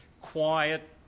quiet